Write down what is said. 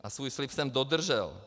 A svůj slib jsem dodržel.